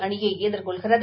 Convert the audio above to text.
அணியை எதிர்கொள்கிறது